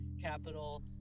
capital